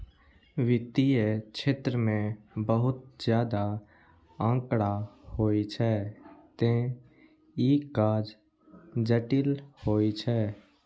वित्तीय क्षेत्र मे बहुत ज्यादा आंकड़ा होइ छै, तें ई काज जटिल होइ छै